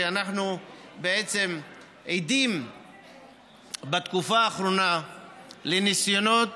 אנחנו בעצם עדים בתקופה האחרונה לניסיונות